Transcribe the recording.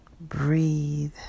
breathe